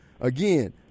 again